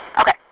Okay